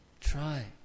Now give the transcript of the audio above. try